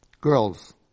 Girls